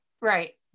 Right